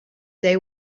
day